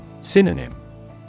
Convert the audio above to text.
Synonym